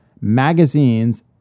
magazines